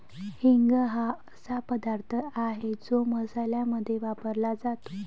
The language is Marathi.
हिंग हा असा पदार्थ आहे जो मसाल्यांमध्ये वापरला जातो